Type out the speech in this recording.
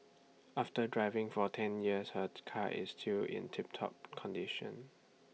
after driving for ten years her car is still in tip top condition